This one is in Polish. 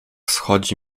schodzi